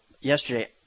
yesterday